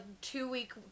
two-week